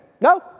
No